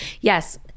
Yes